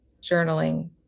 journaling